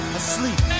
asleep